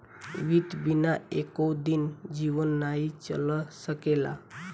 वित्त बिना एको दिन जीवन नाइ चल सकेला